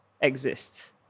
exist